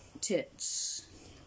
tits